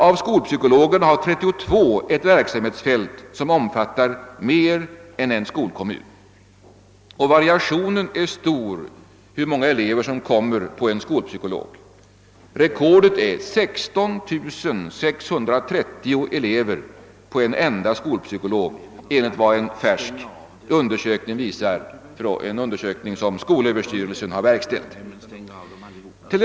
Av skolpsykologerna har 32 ett verksambetsfält som omfattar mer än en skolkommun. Antalet elever på varje skolpsykolog varierar starkt. Rekordet är 16 630 elever på en enda skolpsykolog, enligt vad en färsk undersökning, som skolöverstyrelsen har verkställt, visar.